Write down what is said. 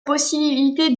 possibilité